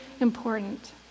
important